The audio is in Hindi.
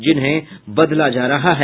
जिन्हें बदला जा रहा है